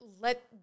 Let